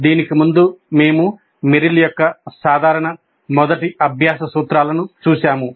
దీనికి ముందు మేము మెర్రిల్ యొక్క సాధారణ మొదటి అభ్యాస సూత్రాలను చూశాము